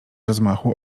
rozmachu